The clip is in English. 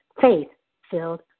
faith-filled